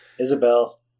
isabel